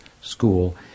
school